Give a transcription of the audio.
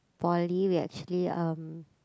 Poly we actually um